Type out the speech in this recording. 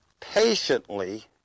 Patiently